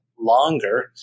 longer